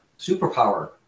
superpower